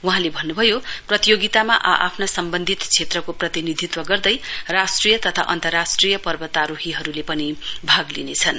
वहाँले भन्नुभयो प्रतियोगितामा आ आफ्ना सम्बन्धित क्षेत्रको प्रतिनिधित्व गर्दै राष्ट्रिय तथा अन्तरर्राष्ट्रिय पर्वतारोहीहरूले पनि भाग लिनेछन्